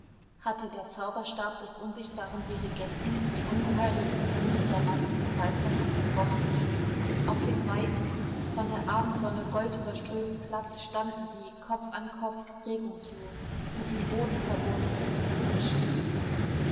hatte der zauberstab des unsichtbaren dirigenten die ungeheure sinfonie der masse gewaltsam unterbrochen auf dem weiten von der abendsonne goldüberströmten platz standen sie kopf an kopf regungslos mit dem boden verwurzelt und schwiegen